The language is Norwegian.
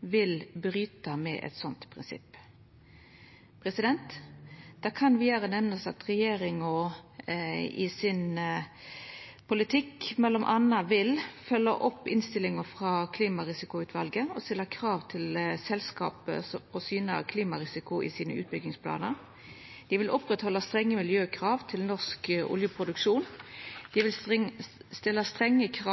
vil bryta med eit sånt prinsipp. Det kan vidare nemnast at regjeringa i sin politikk m.a. vil følgja opp innstillinga frå klimarisikoutvalet og stilla krav til at selskapa syner klimarisiko i utbyggingsplanane sine. Ein vil føra vidare strenge miljøkrav til norsk oljeproduksjon, ein vil stilla strenge klimakrav